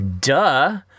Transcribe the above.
Duh